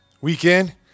weekend